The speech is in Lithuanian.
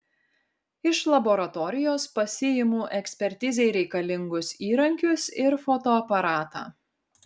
iš laboratorijos pasiimu ekspertizei reikalingus įrankius ir fotoaparatą